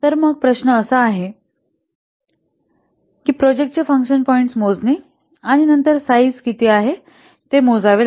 तर मग प्रश्न असा आहे की प्रोजेक्टचे फंक्शन पॉईंट्स मोजणे आणि नंतर साईझ किती आहे ते मोजावे